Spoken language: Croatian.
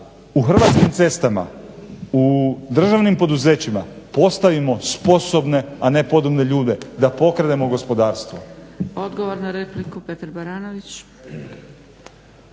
u Hrvatskim cestama, u državnim poduzećima postavimo sposobne, a ne podobne ljude, da pokrenemo gospodarstvo.